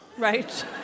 Right